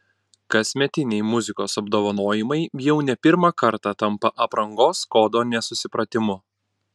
kasmetiniai muzikos apdovanojimai jau ne pirmą kartą tampa aprangos kodo nesusipratimu